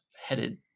headed